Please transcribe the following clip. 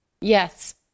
Yes